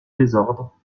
désordre